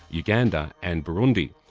uganda and burundi.